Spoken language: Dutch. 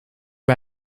bij